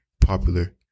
popular